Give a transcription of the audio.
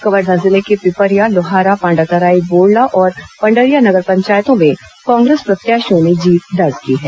कवर्धा जिले के पिपरिया लोहारा पांडातराई बोडला और पंडरिया नगर पंचायतों में कांग्रेस प्रत्याशियों ने जीत दर्ज की है